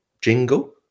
jingle